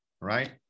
right